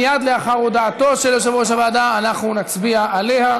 מייד לאחר הודעתו של יושב-ראש הוועדה אנחנו נצביע עליה.